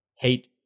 hate